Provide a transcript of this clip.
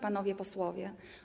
Panowie Posłowie!